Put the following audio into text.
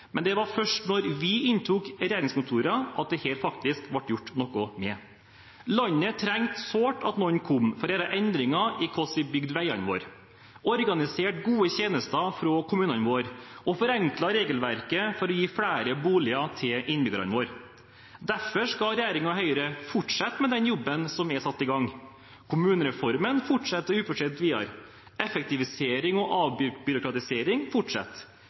Men det var først da vi inntok regjeringskontorene, at dette faktisk ble gjort noe med. Landet trengte sårt at noen kom for å gjøre endringer i hvordan vi bygde veiene våre, organiserte gode tjenester fra kommunene våre og forenklet regelverket for å gi flere boliger til innbyggerne våre. Derfor skal regjeringen og Høyre fortsette med den jobben som er satt i gang. Kommunereformen fortsetter ufortrødent videre. Effektivisering og avbyråkratisering fortsetter.